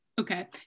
Okay